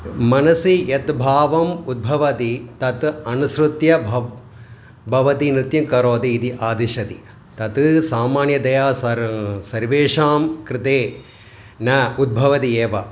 मनसि यत् भावम् उद्भवति तत् अनुसृत्य भव् भवती नृत्यं करोति इति आदिशति तत् सामान्यतया सर् सर्वेषां कृते न उद्भवति एव